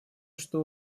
что